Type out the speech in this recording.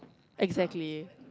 exactly